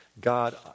God